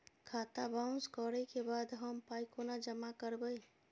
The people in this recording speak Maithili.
खाता बाउंस करै के बाद हम पाय कोना जमा करबै?